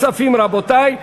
ה': חלפני כספים, רבותי.